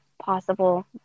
possible